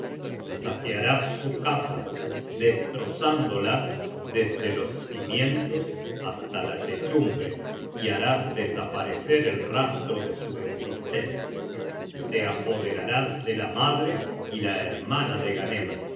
y saquearás su casa destrozándola desde los cimientos hasta la techumbre y harás desaparecer el rastro de su existencia y te apoderarás de la madre y la hermana de ghanem